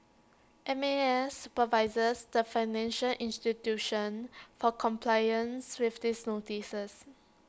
M A S supervises the financial institutions for compliance with these notices